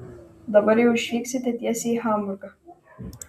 dabar jau išvyksite tiesiai į hamburgą